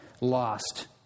lost